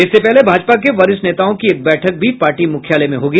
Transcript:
इससे पहले भाजपा के वरिष्ठ नेताओं की एक बैठक भी पार्टी मुख्यालय में होगी